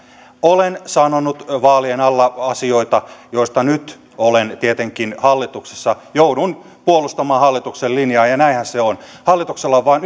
olen sanonut vaalien alla asioita joiden kohdalla nyt tietenkin hallituksessa joudun puolustamaan hallituksen linjaa ja ja näinhän se on hallituksella on vain